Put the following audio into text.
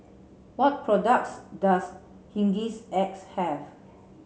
what products does Hygin X have